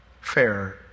fair